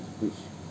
which